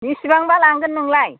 बिसिबांबा लांगोन नोंलाय